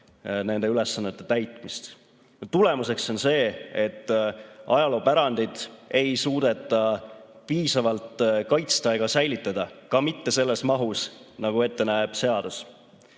nende ülesannete täitmist. Tulemuseks on see, et ajaloopärandit ei suudeta piisavalt kaitsta ega säilitada ka mitte selles mahus, nagu näeb ette seadus.